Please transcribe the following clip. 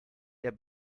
der